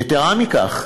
יתרה מכך,